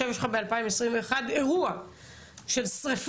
עכשיו יש לך ב-2021 אירוע של שריפות